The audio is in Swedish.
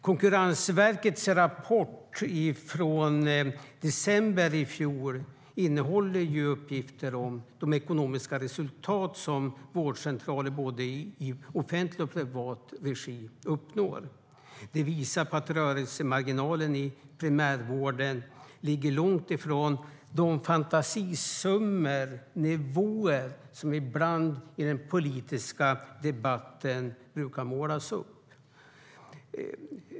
Konkurrensverkets rapport från december i fjol innehåller uppgifter om de ekonomiska resultat som vårdcentraler i både offentlig och privat regi uppnår. Uppgifterna visar att rörelsemarginalen i primärvården ligger långt från de fantasinivåer som ibland målas upp i den politiska debatten.